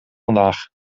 vandaag